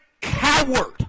coward